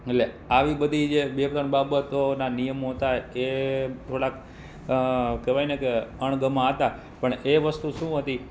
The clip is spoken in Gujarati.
એટલે આવી બધી જે બે ત્રણ બાબતોના નિયમો હતા એ થોડાક કહેવાયને કે અણગમા હતા પણ એ વસ્તુ શું હતી